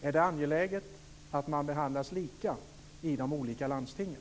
Är det angeläget att man behandlas lika i de olika landstingen?